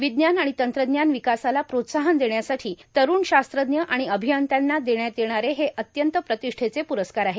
र्वज्ञान आर्गण तंत्रज्ञान र्वकासाला प्रोत्साहन देण्यासाठों तरूण शास्त्रज्ञ आर्माण र्आभयंत्यांना देण्यात येणारे हे अत्यंत प्रातष्ठेचे प्रस्कार आहेत